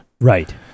Right